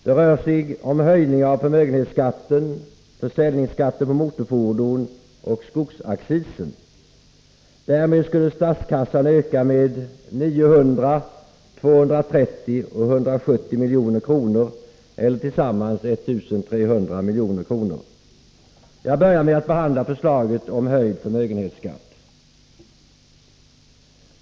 Det rör sig om höjningar av förmögenhetsskatten och försäljningsskatten på motorfordon samt skogsaccisen. Därmed skulle statskassan öka med 900, 230 och 170 milj.kr. eller tillsammans 1 300 milj.kr. Jag börjar med att behandla förslaget om höjd förmögenhetsskatt.